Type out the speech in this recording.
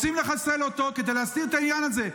רוצים לחסל אותו כדי להסתיר את העניין הזה.